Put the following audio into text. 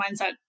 mindset